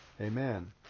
Amen